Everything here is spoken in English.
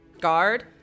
guard